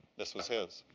this was his.